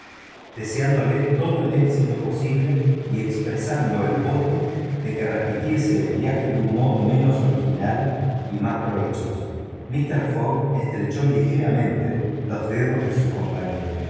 deseándole todo el éxito posible y expresando el voto de que repitiese el viaje de un modo menos original y más provechoso mister fogg estrechó ligeramente los dedos de su compañero